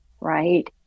right